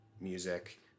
music